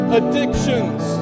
addictions